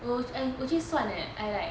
哦我去算 leh I like